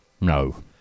No